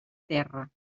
terra